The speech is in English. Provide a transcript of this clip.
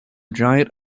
giant